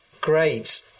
Great